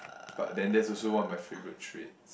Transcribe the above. but then that's also one of my favourite traits